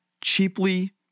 cheaply